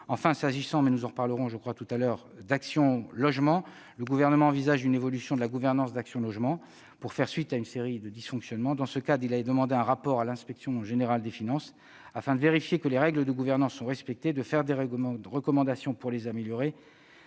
cette ratification comme une simple formalité. Enfin, le Gouvernement envisage une évolution de la gouvernance d'Action logement, pour faire suite à une série de dysfonctionnements. Dans ce cadre, il a demandé un rapport à l'inspection générale des finances, afin de vérifier que les règles de gouvernance sont respectées, de faire des recommandations pour les améliorer,